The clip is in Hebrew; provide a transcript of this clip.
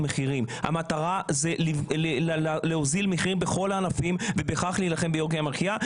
המטרה להוזיל מחירים בכל הענפים וכך להילחם ביוקר המחייה,